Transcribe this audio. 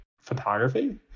photography